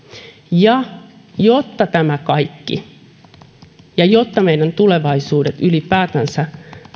ja jotta tämä kaikki toimii ja jotta meidän tulevaisuutemme ylipäätänsä